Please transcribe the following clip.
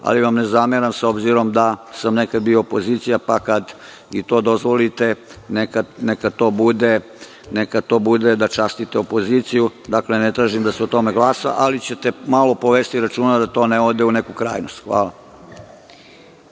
Ali, ne zameram vam, s obzirom da sam nekad bio opozicija, pa kad i to dozvolite, neka to bude da častite opoziciju. Ne tražim da se o tome glasa, ali ćete malo povesti računa da to ne ode u neku krajnost. Hvala.